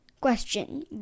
question